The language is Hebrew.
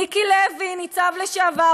מיקי לוי, ניצב לשעבר.